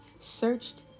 searched